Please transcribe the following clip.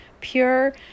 pure